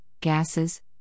gases